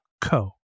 co